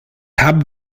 habe